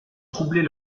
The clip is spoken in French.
troubler